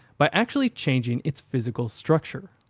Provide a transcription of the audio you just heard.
by actually changing its physical structure.